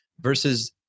versus